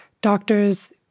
doctors